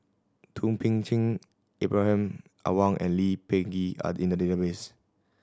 Thum Ping Tjin Ibrahim Awang and Lee Peh Gee are in the database